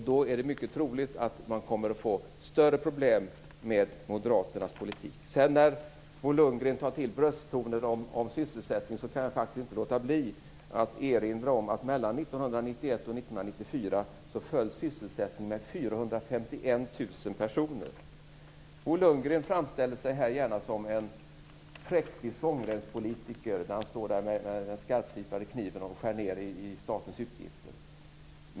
Det är mycket troligt att man kommer att få större problem med moderaternas politik. Sedan tar Bo Lundgren till brösttoner när han talar om sysselsättningen. Då kan jag faktiskt inte låta bli att erinra om att mellan 1991 och 1994 föll sysselsättningen med 451 000 personer. Bo Lundgren framställde sig här som en präktig svångremspolitiker som står med den skarpslipade kniven och skär ned i statens utgifter.